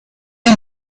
der